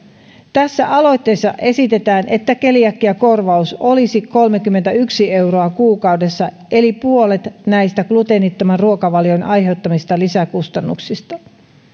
tässä aloitteessa esitetään että keliakiakorvaus olisi kolmekymmentäyksi euroa kuukaudessa eli puolet näistä gluteenittoman ruokavalion aiheuttamista lisäkustannuksista arvoisa